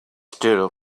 still